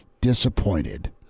disappointed